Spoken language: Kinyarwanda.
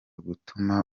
gutuma